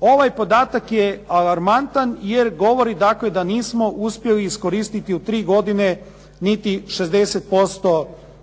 Ovaj podatak je alarmantan jer govori dakle da nismo uspjeli iskoristiti u tri godine niti 60%